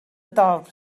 dorf